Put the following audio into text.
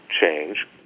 change